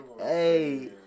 Hey